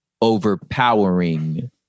overpowering